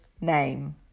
name